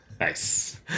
Nice